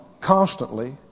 constantly